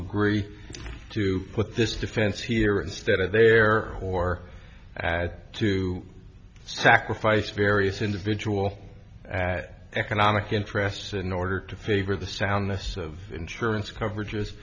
agree to put this defense here instead of there or had to sacrifice various individual at economic interests in order to favor the soundness of insurance coverage